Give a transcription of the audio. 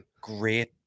great